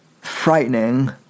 frightening